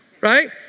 right